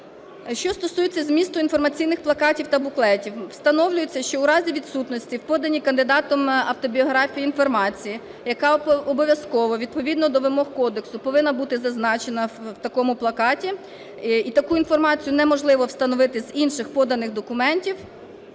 Що стосується змісту інформаційних плакатів та буклетів. Встановлюється, що в разі відсутності в поданій кандидатом автобіографії інформації, яка обов'язково відповідно до вимог кодексу повинна бути зазначена в такому плакаті і таку інформацію неможливо встановити з інших поданих документів,